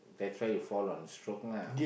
that's why you fall on stroke lah